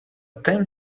tame